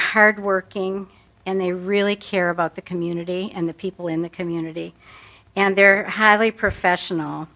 hardworking and they really care about the community and the people in the community and their have a professional